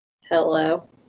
Hello